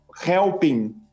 helping